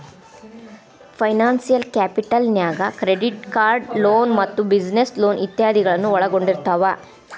financial capital ನ್ಯಾಗ್ credit card loan ಮತ್ತ business loan ಇತಾದಿಗಳನ್ನ ಒಳ್ಗೊಂಡಿರ್ತಾವ